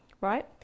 right